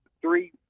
three